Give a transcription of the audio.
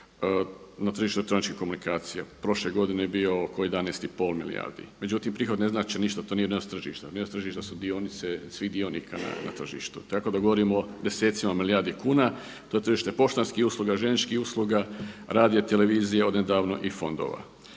na tržištu elektroničkih telekomunikacija. Prošle godine je bio oko 11 i pol milijardi. Međutim, prihod ne znači ništa, to nije …/Govornik se ne razumije./… tržišta, …/Govornik se ne razumije./… su dionice svih dionika na tržištu. Tako da govorimo o desetima milijardi kuna. To je tržište poštanskih usluga, željezničkih usluga, radija, televizije odnedavno i fondova.